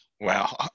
Wow